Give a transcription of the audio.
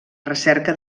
recerca